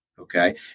Okay